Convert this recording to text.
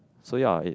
so ya it